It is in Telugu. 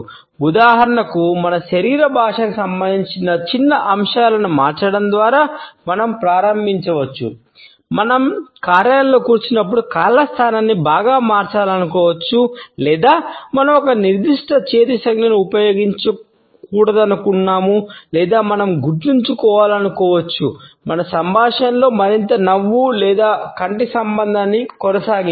ఉదాహరణకు మన శరీర భాషకి సంబంధించిన చిన్న అంశాలను మార్చడం ద్వారా మనం ప్రారంభించవచ్చు మనం కార్యాలయంలో కూర్చున్నప్పుడు కాళ్ల స్థానాన్ని బాగా మార్చాలనుకోవచ్చు లేదా మనం ఒక నిర్దిష్ట చేతి సంజ్ఞను ఉపయోగించకూడదనుకుంటున్నాము లేదా మనం గుర్తుంచుకోవాలనుకోవచ్చు మన సంభాషణలో మరింత నవ్వు లేదా మంచి కంటి సంబంధాన్ని కొనసాగించండి